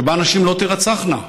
שבה נשים לא תירצחנה,